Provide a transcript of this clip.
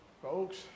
Folks